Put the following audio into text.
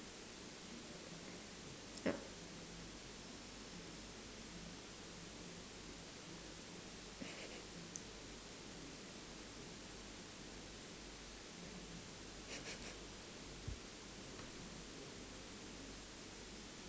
yup